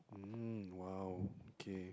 um !wow! okay